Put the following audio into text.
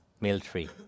military